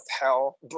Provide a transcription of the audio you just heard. hell